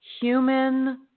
human